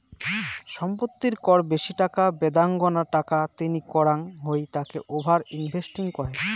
সম্পত্তির কর বেশি টাকা বেদাঙ্গনা টাকা তিনি করাঙ হই তাকে ওভার ইনভেস্টিং কহে